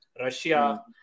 Russia